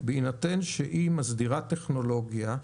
בהינתן שהיא מסדירה טכנולוגיה,